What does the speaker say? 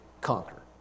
conquer